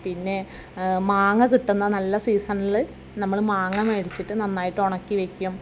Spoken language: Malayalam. പിന്നെ മാങ്ങ കിട്ടുന്ന നല്ല സീസണിൽ നമ്മൾ മാങ്ങ വേടിച്ചിട്ട് നന്നായിട്ട് ഉണക്കി വയ്ക്കും